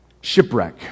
shipwreck